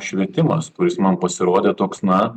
švietimas kuris man pasirodė toks na